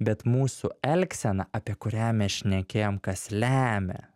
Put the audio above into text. bet mūsų elgsena apie kurią mes šnekėjom kas lemia